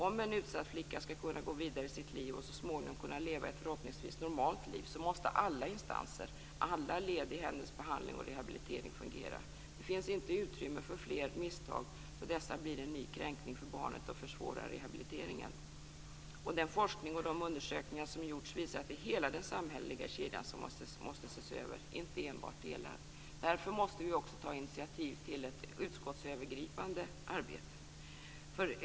Om en utsatt flicka skall kunna gå vidare i sitt liv, och så småningom kunna leva ett förhoppningsvis normalt liv, måste alla instanser, alla led i hennes behandling och rehabilitering fungera. Det finns inte utrymme för fler misstag då dessa blir en ny kränkning för barnet och försvårar rehabiliteringen. Den forskning och de undersökningar som har gjorts visar att det är hela den samhälleliga kedjan som måste ses över, inte enbart delar. Därför måste vi också ta initiativ till ett utskottsövergripande arbete.